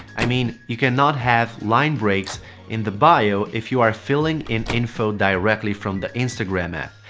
i mean you cannot have line breaks in the bio if you are filling in info directly from the instagram app.